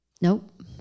Nope